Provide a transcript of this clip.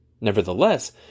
Nevertheless